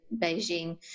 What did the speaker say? Beijing